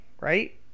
right